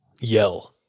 yell